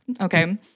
okay